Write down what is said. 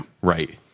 Right